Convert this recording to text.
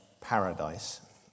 paradise